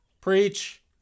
preach